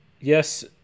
yes